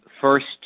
first